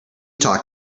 talk